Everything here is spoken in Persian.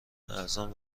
ارزان